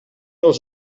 els